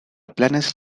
planes